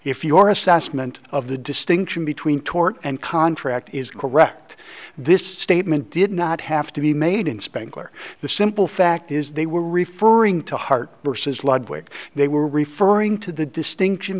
if your assessment of the distinction between tort and contract is correct this statement did not have to be made in spangler the simple fact is they were referring to hart versus ludwig they were referring to the distinction